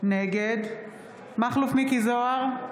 נגד מכלוף מיקי זוהר,